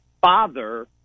father